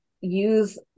use